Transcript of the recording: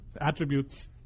attributes